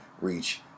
reach